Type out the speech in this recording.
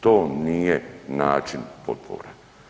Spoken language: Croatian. To nije način potpora.